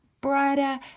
brighter